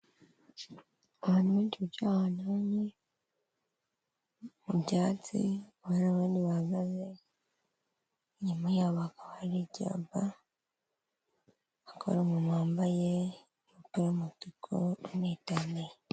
Abantu benshi bicaye ahantu hamwe mu byatsi, hakaba hari n'abandi bahagaze, inyuma yabo hakaba hari icyapa, hakaba hari umuntu wambaye ijipo y'umutuku anitandiye.